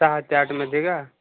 सहा ते आठमध्ये का